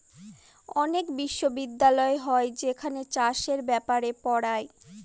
অনেক বিশ্ববিদ্যালয় হয় যেখানে চাষের ব্যাপারে পড়ায়